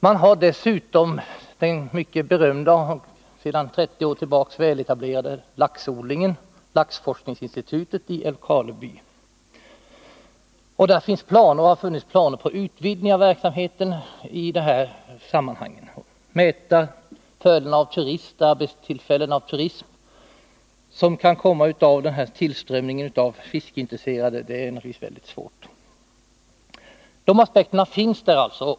Där ligger dessutom en sedan 30 år mycket berömd och väletablerad laxodling, laxforskningsinstitutet i Älvkarleby. Där har funnits planer på utvidgning av verksamheten. Att mäta det antal arbetstillfällen som kan bli en följd av tillströmningen av fiskeintresserade är naturligtvis mycket svårt.